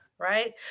right